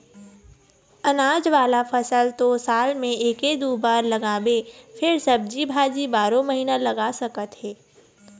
अनाज वाला फसल तो साल म एके दू बार लगाबे फेर सब्जी भाजी बारो महिना लगा सकत हे